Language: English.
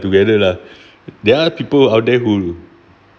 together lah there are people out there who